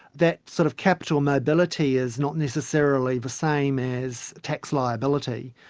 that sort of capital mobility is not necessarily the same as tax liability.